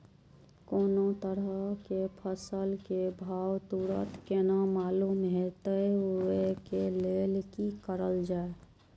कोनो तरह के फसल के भाव तुरंत केना मालूम होते, वे के लेल की करल जाय?